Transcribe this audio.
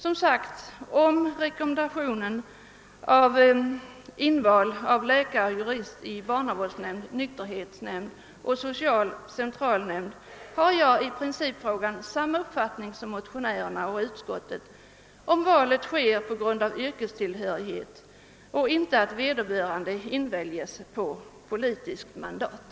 Som sagt, om rekommendationen angående inval av läkare och jurist i barnavårdsnämnd, nykterhetsnämnd och social centralnämnd har jag i principfrågan samma uppfattning som motionärerna och utskottet, därest valet sker på grund av yrkestillhörighet och vederbörande inte inväljes på politiskt mandat.